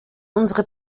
unsere